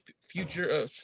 future